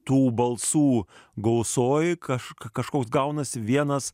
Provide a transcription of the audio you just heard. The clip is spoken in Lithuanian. tų balsų gausoj kaž kažkoks gaunasi vienas